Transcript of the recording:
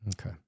Okay